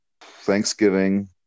Thanksgiving